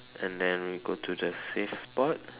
and then we go to the safe spot